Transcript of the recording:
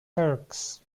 turks